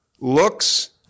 looks